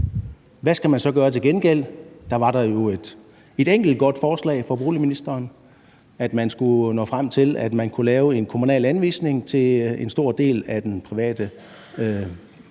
hvad skal man så gøre til gengæld? Der var der jo et enkelt godt forslag fra boligministeren: at man skulle nå frem til, at der kunne laves en kommunal anvisning til en stor del af den private